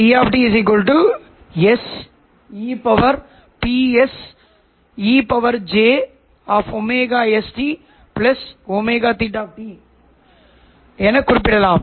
cos s ωLO t மிகப் பெரிய அதிர்வெண்ணுடன் ஊசலாடும்